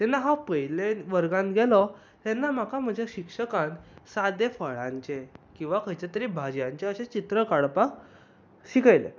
जेन्ना हांव पयले वर्गांत गेलो तेन्ना म्हाका म्हाजे शिक्षकान सादे फळांचेर किंवा खंयच्या तरी भाज्यांचें चीत्र काडपाक शिकयलें